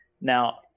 now